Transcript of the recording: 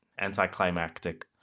anticlimactic